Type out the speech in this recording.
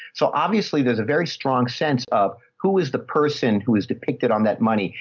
so obviously there's a very strong sense of who is the person who is depicted on that money.